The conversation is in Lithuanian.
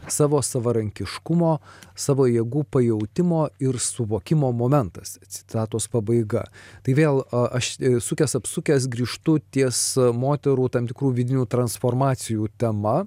savo savarankiškumo savo jėgų pajautimo ir suvokimo momentas citatos pabaiga tai vėl a aš sukęs apsukęs grįžtu ties moterų tam tikrų vidinių transformacijų tema